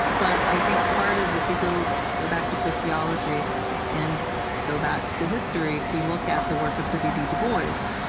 but i think part of, if we go go back to sociology and go back to history, if we look at the work of w. e. b dubois,